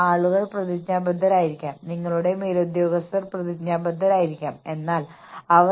അതിനാൽ പ്രോത്സാഹനങ്ങൾ ഈ വർക്ക്ലോഡ് മാനദണ്ഡങ്ങളിൽ ശ്രദ്ധ കേന്ദ്രീകരിക്കേണ്ടതുണ്ട്